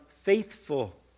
faithful